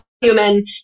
human